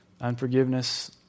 unforgiveness